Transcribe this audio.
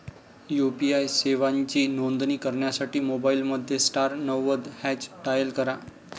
UPI सेवांची नोंदणी करण्यासाठी मोबाईलमध्ये स्टार नव्वद हॅच डायल करा